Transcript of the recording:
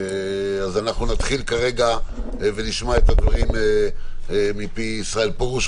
נתחיל כרגע ונשמע את הדברים מפי ישראל פרוש,